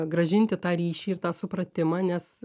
grąžinti tą ryšį ir tą supratimą nes